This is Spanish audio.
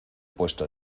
puesto